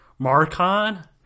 MarCon